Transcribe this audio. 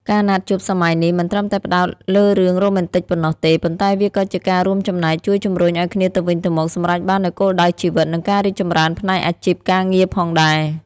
ការណាត់ជួបសម័យនេះមិនត្រឹមតែផ្ដោតលើរឿងរ៉ូម៉ែនទិកប៉ុណ្ណោះទេ ប៉ុន្តែវាក៏ជាការរួមចំណែកជួយជំរុញឱ្យគ្នាទៅវិញទៅមកសម្រេចបាននូវគោលដៅជីវិត និងការរីកចម្រើនផ្នែកអាជីពការងារផងដែរ។